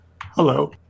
Hello